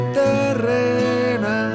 terrena